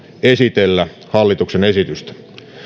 esitellä hallituksen esitystä